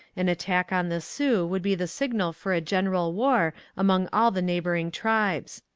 an attack on the sioux would be the signal for a general war among all the neighbouring tribes.